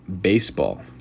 baseball